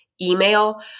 email